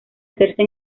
hacerse